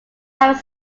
have